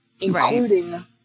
including